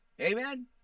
Amen